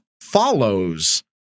follows